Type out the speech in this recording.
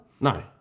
no